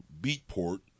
Beatport